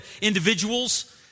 individuals